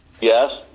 Yes